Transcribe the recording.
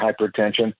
hypertension